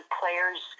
players